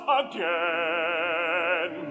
again